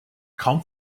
kaum